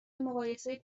مقایسه